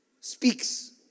speaks